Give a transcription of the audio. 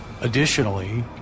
additionally